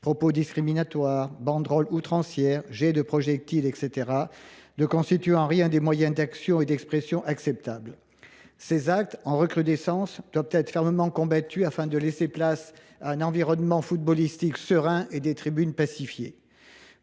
propos discriminatoires, banderoles outrancières, jets de projectiles… – ne constituent en rien des moyens d’action et d’expression acceptables. Ces actes, dont le nombre est en recrudescence, doivent être fermement combattus, afin de laisser place à un environnement footballistique serein et à des tribunes pacifiées.